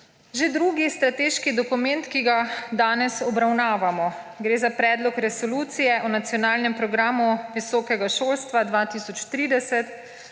Že drugi strateški dokument, ki ga danes obravnavamo, gre za Predlog resolucije o Nacionalnem programu visokega šolstva 2030,